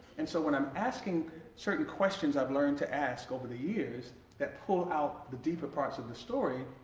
and so when i'm asking certain questions i've learned to ask over the years that pull out the deeper parts of the story,